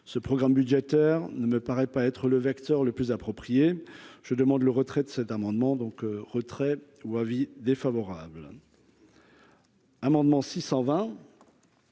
ce programme budgétaire ne me paraît pas être le vecteur le plus approprié, je demande le retrait de cet amendement donc retrait ou avis défavorable. Amendement 600